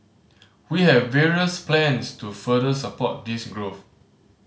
we have various plans to further support this growth